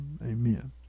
Amen